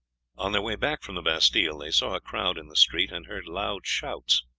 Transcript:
on their way back from the bastille they saw a crowd in the street and heard loud shouts.